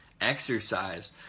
Exercise